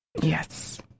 yes